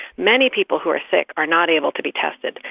many people who are sick are not able to be tested.